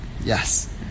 Yes